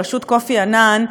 בראשות קופי אנאן,